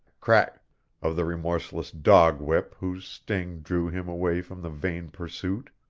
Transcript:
crack of the remorseless dog-whip whose sting drew him away from the vain pursuit.